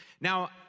Now